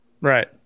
Right